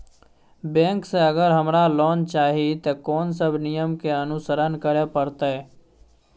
Bank से अगर हमरा लोन चाही ते कोन सब नियम के अनुसरण करे परतै?